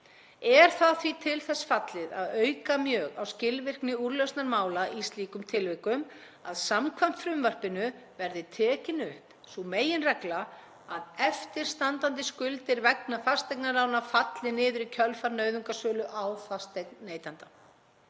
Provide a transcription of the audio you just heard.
Er það því til þess fallið að auka mjög á skilvirkni úrlausnar mála í slíkum tilvikum að samkvæmt frumvarpinu verði tekin upp sú meginregla að eftirstandandi skuldir vegna fasteignalána falli niður í kjölfar nauðungarsölu á fasteign neytenda.